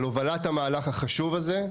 על הובלת המהלך החשוב הזה.